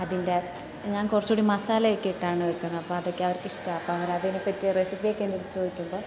അതിന്റെ ഞാൻ കുറച്ചുകൂടി മസാല ഒക്കെ ഇട്ടാണ് വയ്ക്കുന്നത് അപ്പോൾ അതൊക്കെ അവർക്ക് ഇഷ്ടമാണ് അപ്പ അവരതിനെ പറ്റി റെസിപ്പി ഒക്കെ എന്റെ അടുത്ത് ചോദിക്കുമ്പോൾ